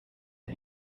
der